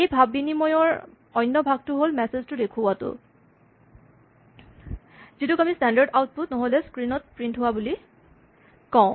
এই ভাৱ বিনিময় ৰ অন্য ভাগটো হ'ল মেছেজ টো দেখুওৱাটো যিটোক আমি স্টেনডাৰ্ট আউটপুট নহ'লে স্ক্ৰীন ত প্ৰিন্ট হোৱা বুলি কওঁ